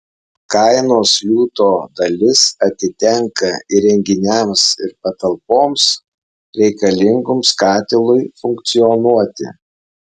kainos liūto dalis atitenka įrenginiams ir patalpoms reikalingoms katilui funkcionuoti